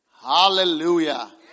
Hallelujah